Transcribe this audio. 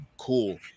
cool